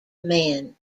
men